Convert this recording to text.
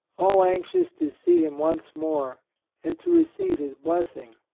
all anxious to see him once more and to receive his blessing.